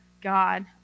God